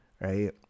right